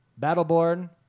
Battleborn